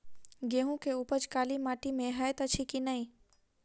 गेंहूँ केँ उपज काली माटि मे हएत अछि की नै?